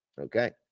okay